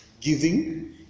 giving